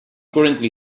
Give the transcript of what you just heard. currently